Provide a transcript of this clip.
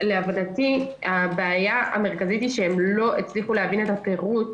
להבנתי הבעיה המרכזית היא שהם לא הצליחו להבין את הפירוט